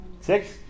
Six